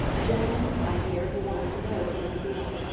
a gentleman, my dear, who wants to know if you would see him.